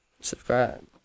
subscribe